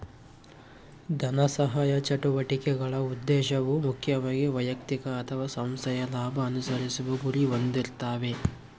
ಧನಸಹಾಯ ಚಟುವಟಿಕೆಗಳ ಉದ್ದೇಶವು ಮುಖ್ಯವಾಗಿ ವೈಯಕ್ತಿಕ ಅಥವಾ ಸಂಸ್ಥೆಯ ಲಾಭ ಅನುಸರಿಸುವ ಗುರಿ ಹೊಂದಿರ್ತಾವೆ